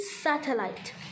satellite